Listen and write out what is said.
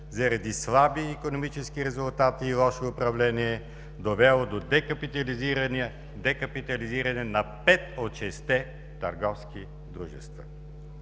заради слаби икономически резултати и лошо управление, довело до декапитализиране на пет от шестте търговски дружества.